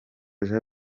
jean